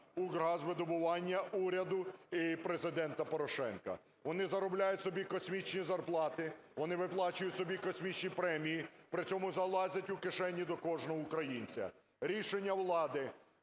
"Укргазвидобування", уряду і Президента Порошенка. Вони заробляють собі космічні зарплати, вони виплачують собі космічні премії, при цьому залазять у кишеню до кожного українця. Рішення влади